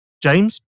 James